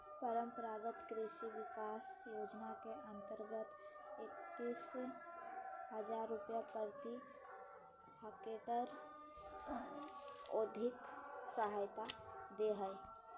परम्परागत कृषि विकास योजना के अंतर्गत एकतीस हजार रुपया प्रति हक्टेयर और्थिक सहायता दे हइ